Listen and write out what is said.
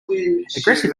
aggressive